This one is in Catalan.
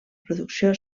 producció